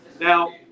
now